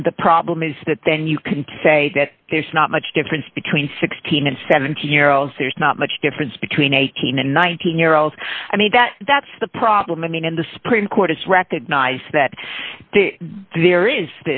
and the problem is that then you can say that there's not much difference between sixteen and seventeen year olds there's not much difference between eighteen and nineteen year olds i mean that that's the problem i mean in the supreme court it's recognized that the